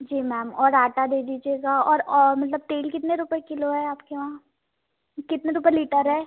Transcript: जी ma'am और आटा दे दीजिएगा और मतलब तेल कितने रुपए किलो है आपके वहाँ कितने रुपए लीटर है